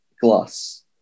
glass